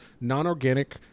non-organic